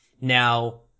Now